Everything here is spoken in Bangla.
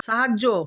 সাহায্য